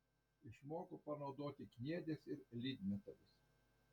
išmoko panaudoti kniedes ir lydmetalius